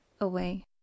Away